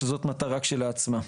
שזו מטרה בפני עצמה.